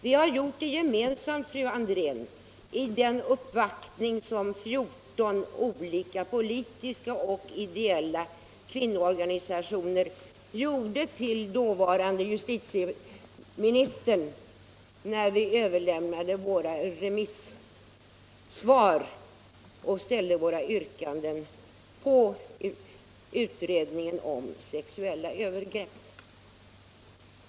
Vi har uttalat det gemensamt, fru André, vid den uppvaktning som 14 olika politiska och ideella kvinnoorganisationer gjorde hos dåvarande justitieministern, när vi överlämnade våra remisssvar och ställde våra yrkanden med anledning av utredningen om sexuella övergrepp.